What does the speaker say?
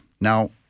Now